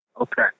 Okay